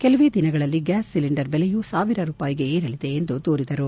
ಕೆಲವೇ ದಿನಗಳಲ್ಲಿ gas cylinder ಬೆಲೆಯೂ ಸಾವಿರ ರೂಪಾಯಿಗೆ ಏರಲಿದೆ ಎಂದು ದೂರಿದರು